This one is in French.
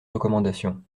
recommandations